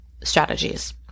strategies